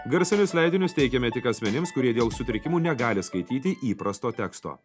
garsinius leidinius teikiame tik asmenims kurie dėl sutrikimų negali skaityti įprasto teksto